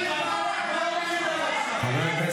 אני ממש שואל אותך.